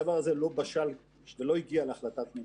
הדבר הזה לא בשל ולא הגיע להחלטת ממשלה.